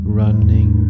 running